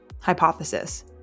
Hypothesis